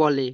বলে